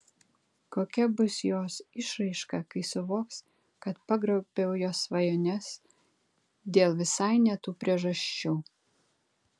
kokia bus jos išraiška kai suvoks kad pagrobiau jos svajones dėl visai ne tų priežasčių